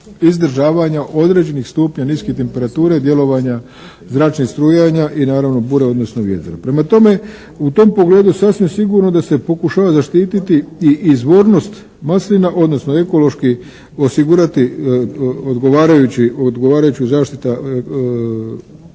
izdržavanja određenih stupnja niskih temperatura i djelovanja zračnih strujanja i naravno bure odnosno vjetra. Prema tome, u tom pogledu sasvim sigurno da se pokušava zaštititi i izvornost maslina odnosno ekološki osigurati odgovarajuću zaštitu ekoloških